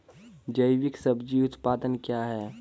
जैविक सब्जी उत्पादन क्या हैं?